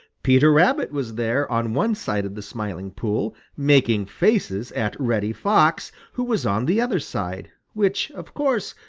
peter rabbit was there on one side of the smiling pool, making faces at reddy fox, who was on the other side, which, of course,